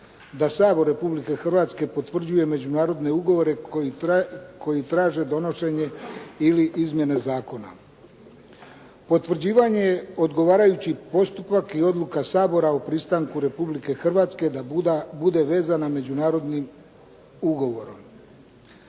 da Sabor Republike Hrvatske potvrđuje međunarodne ugovore koji traže donošenje ili izmjene zakona. Potvrđivanje je odgovarajući postupak i odluka Sabora o pristanku Republike Hrvatske da bude vezana međunarodnim ugovorom.